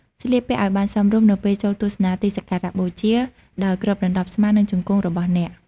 ស្លៀកពាក់ឲ្យបានសមរម្យ នៅពេលចូលទស្សនាទីសក្ការៈបូជា ដោយគ្របដណ្តប់ស្មា និងជង្គង់របស់អ្នក។